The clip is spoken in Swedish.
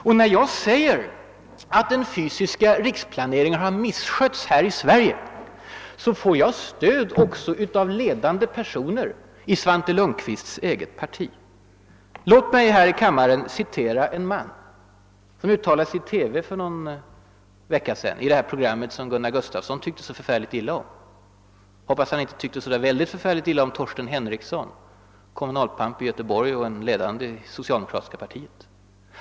Och när jag säger att den fysiska riksplaneringen har misskötts här i Sverige får jag stöd också av ledande personer i Svante Lundkvists eget parti. Låt mig här i kammaren citera en man som uttalade sig i TV för någon vecka sedan i det program som Gunnar Gustafsson tyckte så illa om. Det är om Torsten Henrikson, kommunalpamp i Göteborg och en ledande man i det socialdemokratiska partiet.